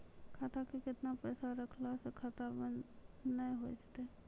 खाता मे केतना पैसा रखला से खाता बंद नैय होय तै?